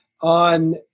on